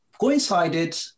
coincided